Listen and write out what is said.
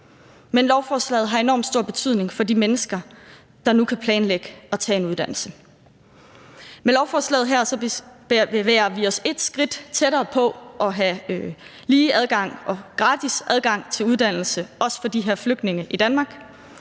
men lovforslaget har enormt stor betydning for de mennesker, der nu kan planlægge at tage en uddannelse. Med lovforslaget her bevæger vi os et skridt tættere på at have lige og gratis adgang til uddannelse i Danmark, også for de her flygtninge.